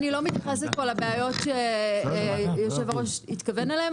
אני לא מתייחסת פה לבעיות שהיושב-ראש התכוון אליהן,